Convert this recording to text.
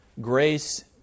grace